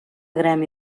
gremi